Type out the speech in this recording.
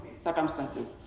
circumstances